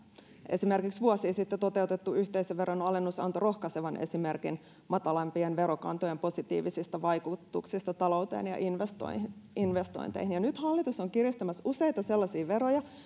esimerkiksi vuosia sitten toteutettu yhteisöveron alennus antoi rohkaisevan esimerkin matalampien verokantojen positiivisista vaikutuksista talouteen ja investointeihin investointeihin ja nyt hallitus on kiristämässä useita sellaisia veroja